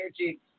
energy